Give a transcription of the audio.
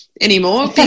anymore